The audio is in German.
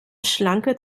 schlanker